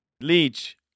Leech